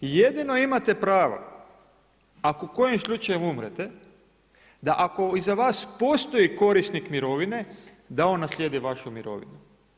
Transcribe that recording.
Jedino imate prava, ako kojim slučajem umrete, da ako iza vas postoji korisnik mirovine, da on naslijedi vašu mirovinu.